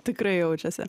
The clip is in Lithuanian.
tikrai jaučiasi